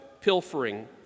pilfering